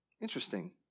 Interesting